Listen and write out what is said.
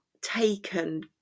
taken